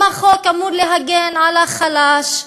אם החוק אמור להגן על החלש,